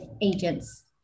agents